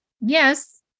Yes